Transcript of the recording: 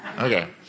Okay